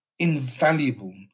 invaluable